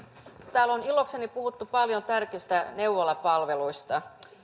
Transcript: täällä on ilokseni puhuttu paljon tärkeistä neuvolapalveluista